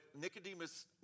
Nicodemus